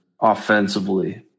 offensively